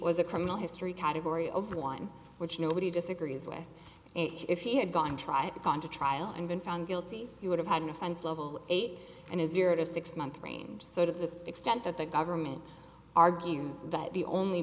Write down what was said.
was a criminal history category over one which nobody disagrees with if he had gone tried gone to trial and been found guilty he would have had an offense level eight and his zero to six month range sort of the extent that the government argues that the only